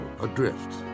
Adrift